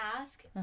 ask